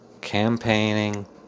campaigning